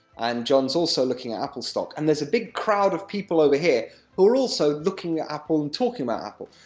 and john's also looking at apple stock, and there's a big crowd of people over here who are also looking at apple, and talking about apple.